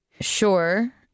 Sure